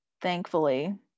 thankfully